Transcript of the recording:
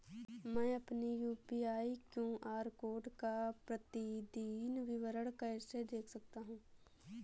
मैं अपनी UPI QR code का प्रतीदीन विवरण कैसे देख सकता हूँ?